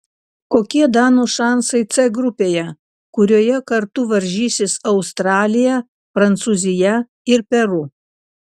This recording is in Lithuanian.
kokie danų šansai c grupėje kurioje kartu varžysis australija prancūzija ir peru